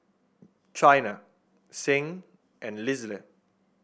Chyna Sing and Lisle